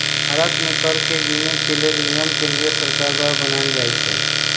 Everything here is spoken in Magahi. भारत में कर के गिनेके लेल नियम केंद्रीय सरकार द्वारा बनाएल जाइ छइ